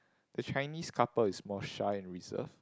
the Chinese couple is more shy and reserved